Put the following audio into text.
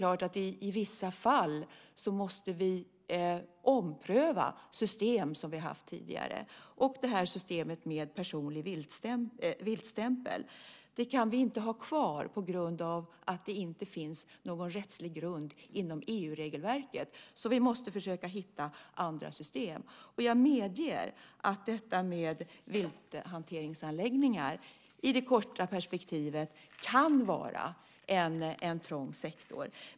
I vissa fall måste vi ompröva system som vi har haft tidigare. Systemet med personlig viltstämpel kan vi inte ha kvar på grund av att det inte finns någon rättslig grund inom EU-regelverket. Vi måste försöka hitta andra system. Jag medger att detta med vilthanteringsanläggningar i det korta perspektivet kan vara en trång sektor.